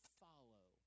follow